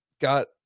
got